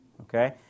okay